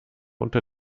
unter